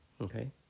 Okay